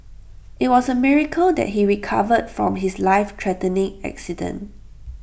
IT was A miracle that he recovered from his lifethreatening accident